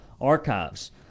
archives